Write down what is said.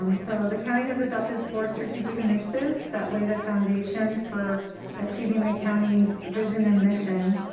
um so the county has adopted four strategic initiatives that lay the foundation for achieving the county's vision and mission.